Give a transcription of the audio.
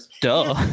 Duh